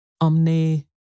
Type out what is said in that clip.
Omne